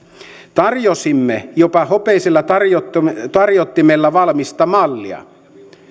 tarjosimme jopa hopeisella tarjottimella tarjottimella valmista mallia